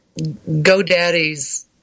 GoDaddy's